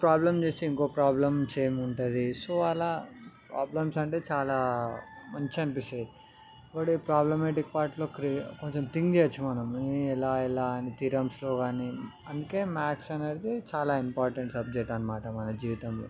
ఒక ప్రాబ్లం చేస్తే ఇంకో ప్రాబ్లం సేమ్ ఉంటుంది సో అలా ప్రాబ్లమ్స్ అంటే చాలా మంచి అనిపిస్తుంది ఇంకోటి ప్రాబ్లమెటిక్ పార్ట్లో కొంచెం థింక్ చేయచ్చు మనం ఎలా ఎలా అని థీరమ్స్లో కానీ అందుకే మ్యాథ్స్ అనేది చాలా ఇంపార్టెంట్ సబ్జెక్ట్ అన్నమాట మన జీవితంలో